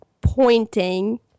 pointing